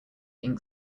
ink